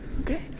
Okay